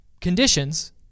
conditions